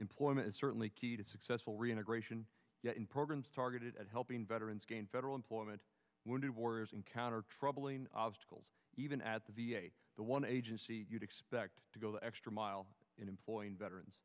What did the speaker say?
employment is certainly key to successful reintegration programs targeted at helping veterans gain federal employment wounded warriors encounter troubling obstacles even at the v a the one agency you'd expect to go the extra mile in employing veterans